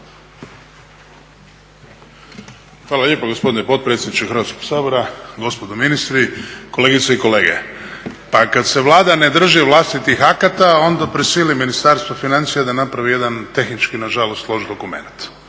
Hvala lijepo gospodine potpredsjedniče Hrvatskog sabora. Gospodo ministri, kolegice i kolege. Pa kada se Vlada ne drži vlastitih akata onda prisili Ministarstvo financija da napravi jedan tehnički nažalost loš dokumenat,